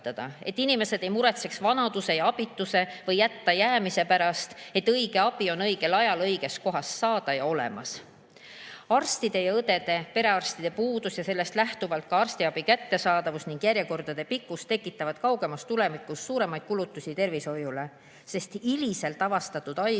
et inimesed ei muretseks vanaduse ja abituse või hättajäämise pärast, et õige abi on õigel ajal õiges kohas saada ja olemas. Arstide, õdede ja perearstide puudus ning sellest lähtuvalt ka arstiabi kättesaadavus ja järjekordade pikkus tekitavad kaugemas tulevikus suuremaid kulutusi tervishoiule, sest hiliselt avastatud haigus või